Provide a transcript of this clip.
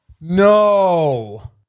No